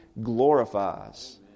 glorifies